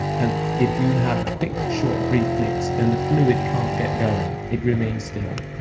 and if you have quick, short, brief flicks, then the fluid can't get going, it remains still.